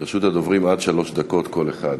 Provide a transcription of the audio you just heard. לרשות הדוברים עד שלוש דקות כל אחד.